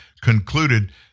concluded